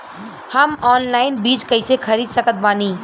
हम ऑनलाइन बीज कइसे खरीद सकत बानी?